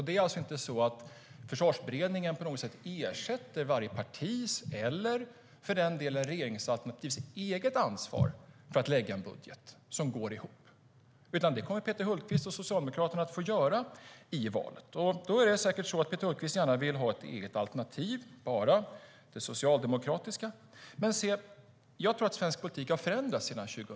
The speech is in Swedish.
Det är alltså inte så att Försvarsberedningen på något sätt ersätter varje partis eller för den delen regeringsalternativs eget ansvar för att lägga fram en budget som går ihop, utan det kommer Peter Hultqvist och Socialdemokraterna att få göra inför valet. Då är det säkert så att Peter Hultqvist gärna vill ha ett eget alternativ, det enbart socialdemokratiska. Men se, jag tror att svensk politik har förändrats sedan 2006.